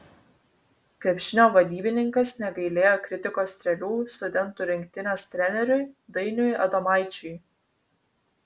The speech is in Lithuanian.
krepšinio vadybininkas negailėjo kritikos strėlių studentų rinktinės treneriui dainiui adomaičiui